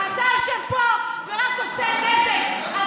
אתה יושב פה ורק עושה נזק.